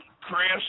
Chris